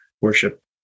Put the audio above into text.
worship